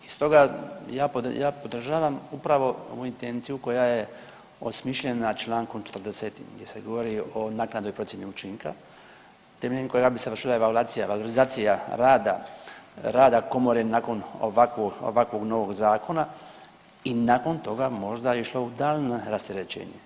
I stoga ja podržavam upravo ovu intenciju koja je osmišljena Člankom 40. gdje se govori o naknadnoj procjeni učinka temeljem kojega bi se vršila evaluacija, valorizacija rada, rada komore nakon ovakvog novog zakona i nakon toga možda išlo u daljnja rasterećenja.